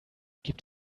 gibt